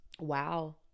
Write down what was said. wow